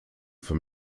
for